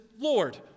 Lord